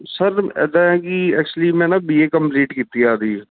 sir ਏਦਾਂ ਐ ਕੀ ਐਕਚੁਲੀ ਮੈਂ ਨਾ ਬੀ ਏ ਕੰਪਲੀਟ ਕੀਤੀ ਐ ਆਪਦੀ